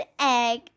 Egg